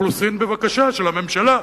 וחילופי אוכלוסין, בבקשה, של הממשלה.